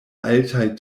altaj